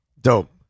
dope